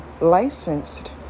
licensed